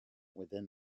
within